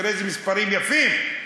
תראה איזה מספרים יפים.